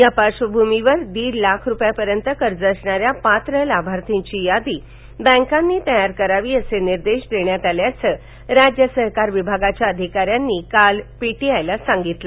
या पार्श्वभूमीवर दीड लाख रुपयापर्यंत कर्ज असणाऱ्या पात्र लाभार्थींची यादी बँकांनी तयार करावी असे निर्देश देण्यात आल्याचं राज्य सहकार विभागाच्या वधिकाऱ्यांनी काल पीटीयाय या वृत्तसंस्थेला सांगितलं